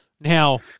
Now